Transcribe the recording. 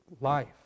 Life